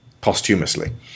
Posthumously